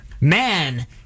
Man